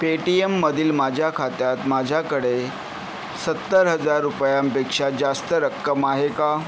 पेटीयममधील माझ्या खात्यात माझ्याकडे सत्तर हजार रुपयांपेक्षा जास्त रक्कम आहे का